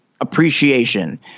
appreciation